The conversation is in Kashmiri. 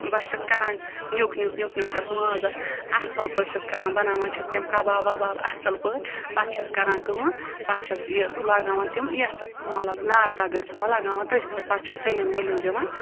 بہٕ چھٮ۪س کَران نیُک نیُک نیُک نیُک تَتھ مازَس اَصٕل پٲٹھۍ چھٮ۪س کَران بَناوان چھٮ۪س تِم کَباب وَباب اَصٕل پٲٹھۍ پَتہٕ چھٮ۪س کَران کٲم پَتہٕ چھٮ۪س یہِ لاگناوان تِم یَتھ مطلب نارٕ تَگٲرۍ تھَوان لَگاوان تٔتھۍ پٮ۪ٹھ پَتہٕ چھٮ۪س تٔلیُن ؤلیُن دِوان